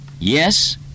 Yes